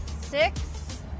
Six